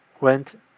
went